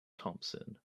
thompson